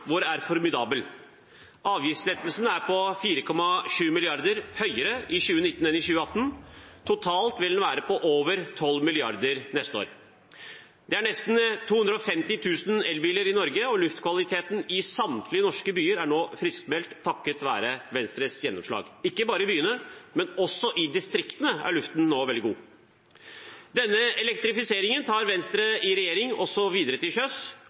vår er formidabel. Avgiftslettelsen er 4,7 milliarder kr større i 2019 enn i 2018. Totalt vil den være på over 12 mrd. kr neste år. Det er nesten 250 000 elbiler i Norge, og luftkvaliteten i samtlige norske byer er nå friskmeldt takket være Venstres gjennomslag. Og ikke bare i byene, men også i distriktene, er lufta nå veldig god. Denne elektrifiseringen tar Venstre i regjering også videre til sjøs